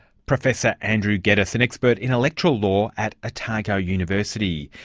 professor andrew geddis, an expert in electoral law at otago university.